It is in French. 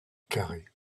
carey